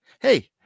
hey